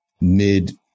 mid